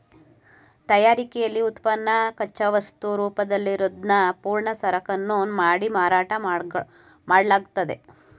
ತಯಾರಿಕೆಲಿ ಉತ್ಪನ್ನನ ಕಚ್ಚಾವಸ್ತು ರೂಪದಲ್ಲಿರೋದ್ನ ಪೂರ್ಣ ಸರಕನ್ನು ಮಾಡಿ ಮಾರಾಟ ಮಾಡ್ಲಾಗ್ತದೆ